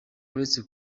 uretse